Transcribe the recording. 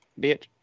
bitch